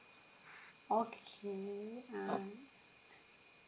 okay um